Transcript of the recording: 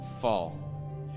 fall